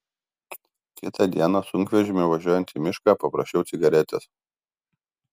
kitą dieną sunkvežimiu važiuojant į mišką paprašiau cigaretės